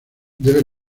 debe